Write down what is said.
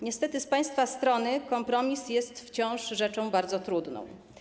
Niestety z państwa strony kompromis jest wciąż rzeczą bardzo trudną.